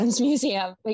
museum